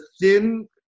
thin